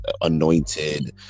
anointed